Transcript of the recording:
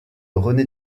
rené